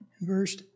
Verse